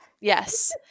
Yes